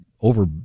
over